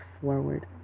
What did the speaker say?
forward